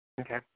Okay